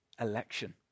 election